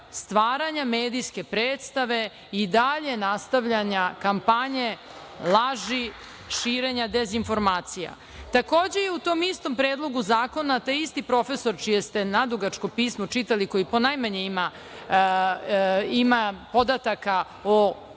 Stvaranja medijske predstave i dalje nastavljanja kampanje laži, širenja dezinformacija. Takođe je u tom istom predlogu zakona taj isti profesor čije ste nadugačko pismo čitali, koji ponajmanje ima podataka,